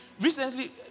Recently